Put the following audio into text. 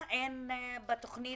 אם לא נעשה אותם,